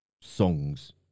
songs